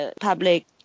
public